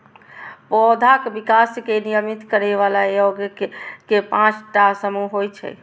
पौधाक विकास कें नियमित करै बला यौगिक के पांच टा समूह होइ छै